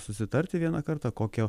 susitarti vieną kartą kokio